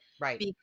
Right